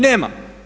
Nema.